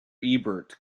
ebert